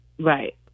Right